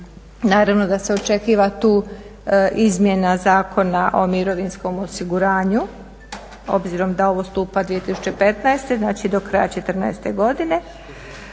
Naravno da se očekuje tu izmjena Zakona o mirovinskom osiguranju, obzirom da ovo stupa 2015., znači do kraja 14. godine.